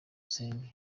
usenge